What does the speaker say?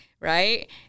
right